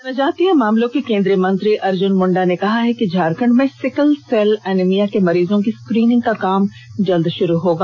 जनजातीय मामलों के केंद्रीय मंत्री अर्जुन मुंडा ने कहा कि झारखंड में सिकल सेल एनिमिया के मरीजों की स्क्रीनिंग का काम जल्द शुरु होगा